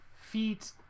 feet